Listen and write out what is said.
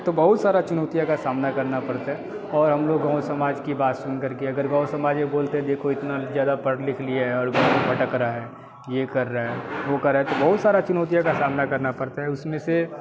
तो बहुत सारा चुनौतियों का सामना करना पड़ता है और हम लोगों को गाँव समाज की बात सुनकर कि अगर गाँव समाज ये बोलते हैं देखो इतना ज़्यादा पढ़ लिख लिया है और भटक रहा है ये कर रहा है वो कर रहा है तो बहुत सारा चुनौतियाँ का सामना करना पड़ता है उसमें से